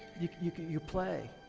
you you play.